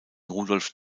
rudolf